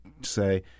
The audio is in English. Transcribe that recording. say